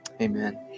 Amen